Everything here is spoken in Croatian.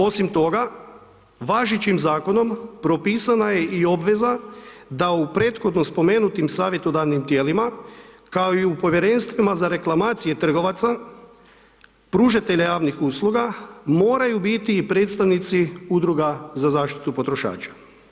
Osim toga važećim zakonom propisana je i obveza da u prethodno spomenuto savjetodavnim tijelima, kao i u povjerenstvima za reklamacije trgovaca, pružatelja javnih usluga, moraju biti i predstavnici udruga za zaštitu potrošača.